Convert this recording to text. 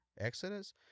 exodus